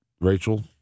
Rachel